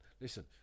Listen